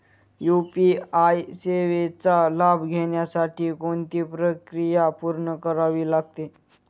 UPI सेवेचा लाभ घेण्यासाठी कोणती प्रक्रिया पूर्ण करावी लागते?